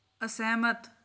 ਅਸਹਿਮਤ